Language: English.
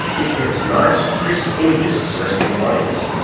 it gets nice, crisp images of celestial bodies.